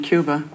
Cuba